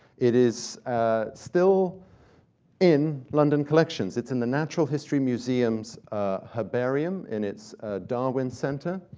it is still in london collections. it's in the natural history museum's herbarium, in its darwin center,